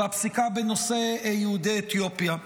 והפסיקה בנושא יהודי אתיופיה.